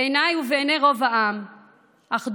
בעיניי ובעיני רוב העם אחדות